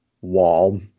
wall